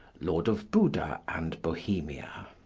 lords of buda and bohemia.